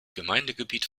gemeindegebiet